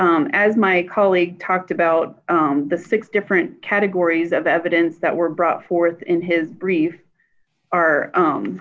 s as my colleague talked about the six different categories of evidence that were brought forth in his brief are